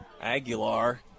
Aguilar